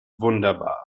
wunderbar